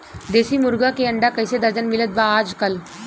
देशी मुर्गी के अंडा कइसे दर्जन मिलत बा आज कल?